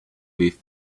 with